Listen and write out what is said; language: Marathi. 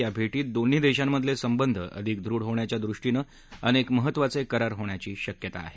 या भेटीत दोन्ही देशांमधले संबंध अधिक दृढ होण्याच्या दृष्टीनं अनेक महत्वाचे करार होण्याची शक्यता आहे